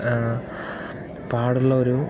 പാടുള്ള ഒരു